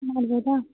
ಮಾಡ್ಬೌದಾ